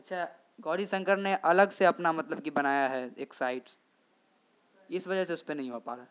اچھا گوری شنکر نے الگ سے اپنا مطلب کہ بنایا ہے ایک سائٹس اس وجہ سے اس پہ نہیں ہو پا رہا ہے